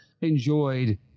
enjoyed